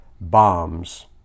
bombs